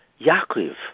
Yaakov